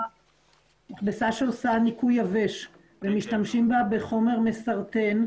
מכבסה שעושה ניקוי יבש ומשתמשים בה כחומר מסרטן,